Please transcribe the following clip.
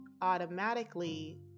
automatically